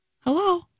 Hello